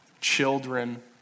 children